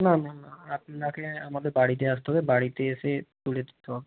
না না না আপনাকে আমাদের বাড়িতে আসতে হবে বাড়িতে এসে তুলে দিতে হবে